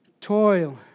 toil